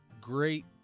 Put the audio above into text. great